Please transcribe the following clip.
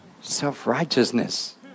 self-righteousness